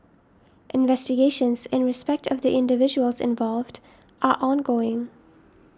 investigations in respect of the individuals involved are ongoing